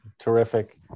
terrific